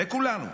לכולנו.